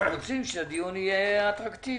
אנחנו רוצים שהדיון יהיה אטרקטיבי.